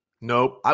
nope